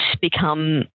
become